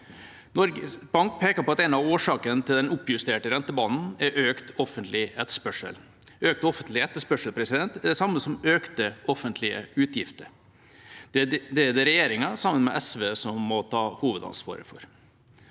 Norges Bank peker på at en av årsakene til den oppjusterte rentebanen er økt offentlig etterspørsel. Økt offentlig etterspørsel er det samme som økte offentlige utgifter. Det er det regjeringen, sammen med SV, som må ta hovedansvaret for.